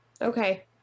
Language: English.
Okay